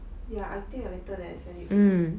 ya I think later then I send it to you